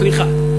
בסדר?